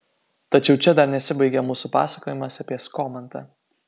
tačiau čia dar nesibaigia mūsų pasakojimas apie skomantą